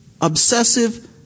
obsessive